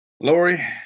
Lori